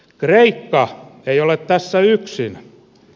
kreikka ei ole tässä yksin